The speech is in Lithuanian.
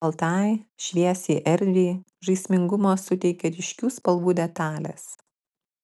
baltai šviesiai erdvei žaismingumo suteikia ryškių spalvų detalės